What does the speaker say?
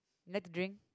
like to drink